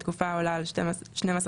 בתקופה העולה על 12 חודשים,